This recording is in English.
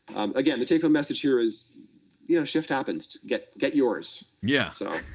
again, the take home message here is yeah shift happens, get get yours. yeah.